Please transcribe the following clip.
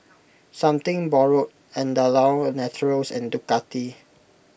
Something Borrowed Andalou Naturals and Ducati